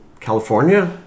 California